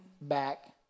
back